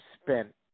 spent